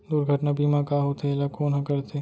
दुर्घटना बीमा का होथे, एला कोन ह करथे?